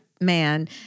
man